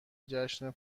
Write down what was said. جشن